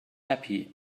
happy